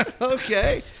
Okay